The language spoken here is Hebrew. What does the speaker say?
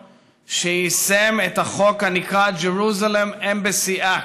שיישם את החוק הנקרא Jerusalem Embassy Act,